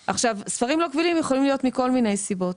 ספרים לא קבילים יכולים להיות מכל מיני סיבות,